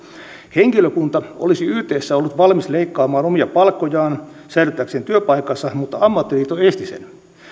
henkilökunta olisi ytssä ollut valmis leikkaamaan omia palkkojaan säilyttääkseen työpaikkansa mutta ammattiliitto esti sen